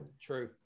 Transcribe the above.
True